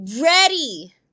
Ready